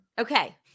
Okay